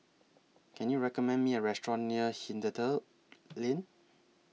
Can YOU recommend Me A Restaurant near Hindhede Lane